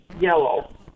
yellow